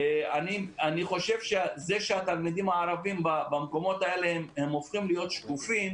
אני חושב שהתלמידים הערבים במקומות האלה הופכים להיות שקופים